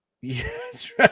Yes